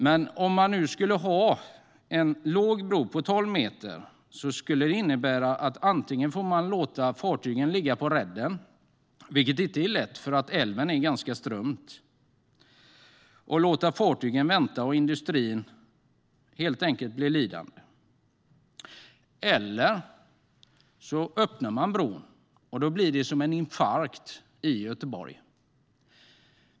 Men om man skulle ha en låg bro på tolv meter skulle det innebära att man antingen får låta fartygen ligga på redden, vilket inte är lätt eftersom vattnet i älven är ganska strömt. På det sättet skulle man låta fartygen vänta och industrin bli lidande. Eller också kan man öppna bron, och då blir det som en infarkt i Göteborg.